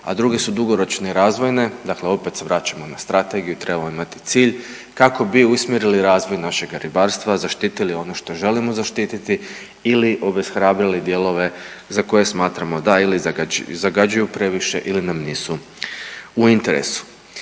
a drugi su dugoročne i razvojne, dakle opet se vraćamo na strategiju, trebamo imati cilj kako bi usmjerili razvoj našega ribarstva, zaštitili ono što želimo zaštititi ili obeshrabrili dijelove za koje smatramo da ili zagađuju previše ili nam nisu u interesu.